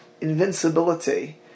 invincibility